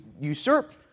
usurp